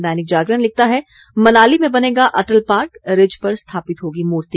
दैनिक जागरण लिखता है मनाली में बनेगा अटल पार्क रिज पर स्थापित होगी मूर्ति